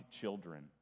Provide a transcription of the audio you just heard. children